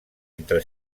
entre